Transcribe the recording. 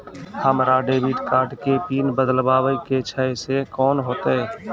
हमरा debit card के PIN बदलबावै के छैं से कौन होतै?